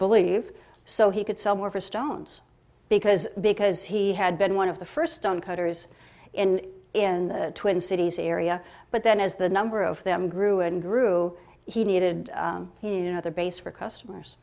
believe so he could sell more for stones because because he had been one of the first stone cutters in in the twin cities area but then as the number of them grew and grew he needed you know the base for customers